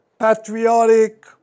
patriotic